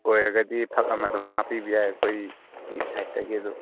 ꯑꯣꯏꯔꯒꯗꯤ ꯐꯛ ꯑꯃ ꯑꯗꯨꯝ ꯍꯥꯞꯄꯤꯕ ꯌꯥꯏ ꯑꯩꯈꯣꯏꯒꯤ ꯁꯥꯏꯠꯇꯒꯤ ꯑꯗꯨ